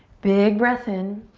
big breath in.